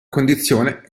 condizione